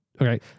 okay